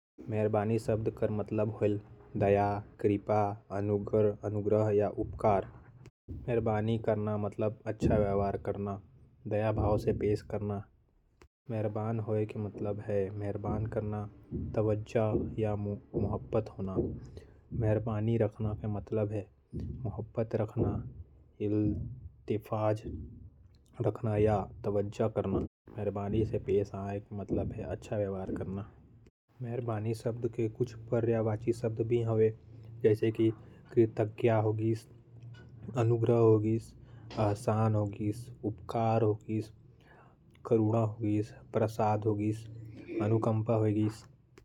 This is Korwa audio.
दयालु शब्द के अर्थ हावय दया, अनुग्रह, अनुग्रह। ए ह फारसी शब्द हरय। दयालुता शब्द के उपयोग कोनो के मदद करे। या उंकर ले अनुग्रह मांगे के संदर्भ म करे जाथे।